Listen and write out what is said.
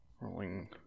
rolling